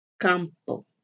Campo